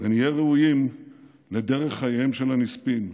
ונהיה ראויים לדרך חייהם של הנספים,